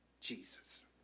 Jesus